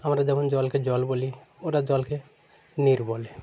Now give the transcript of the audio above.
আমরা যেমন জলকে জল বলি ওরা জলকে নির বলে